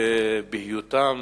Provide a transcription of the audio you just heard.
ובהיותם